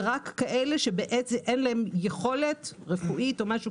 זה רק כאלה שאין להם יכולת רפואית או משהו